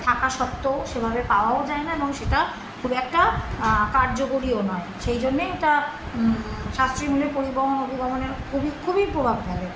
থাকা সত্ত্বেও সেভাবে পাওয়াও যায় না এবং সেটা খুব একটা কার্যকরীও নয় সেই জন্যেই এটা সাশ্রয়ী মূল্যের পরিবহন অভিভাবনের খুবই খুবই প্রভাব ফেলে